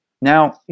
Now